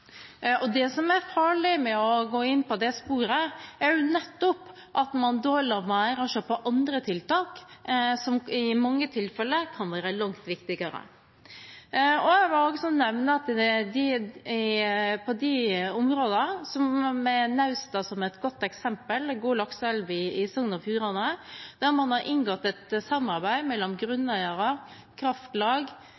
feil. Det som er farlig med å gå inn på det sporet, er nettopp at man da lar være å se på andre tiltak, som i mange tilfeller kan være langt viktigere. Jeg vil også nevne at i noen områder, med Nausta som et godt eksempel, en god lakseelv i Sogn og Fjordane, der man har inngått et samarbeid mellom